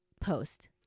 post